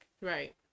right